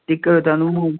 ticket ତାହେଲେ ନାହିଁ